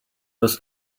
was